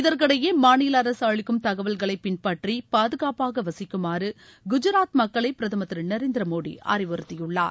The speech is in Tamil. இதற்கிடையே மாநில அரசு அளிக்கும் தகவல்களை பின்பற்றி பாதகாப்பாக வசிக்குமாறு குஜராத் மக்களை பிரதமர் திரு நரேந்திரமோடி அறிவுறுத்தியுள்ளார்